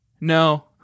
No